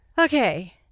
okay